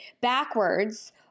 backwards –